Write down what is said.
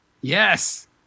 Yes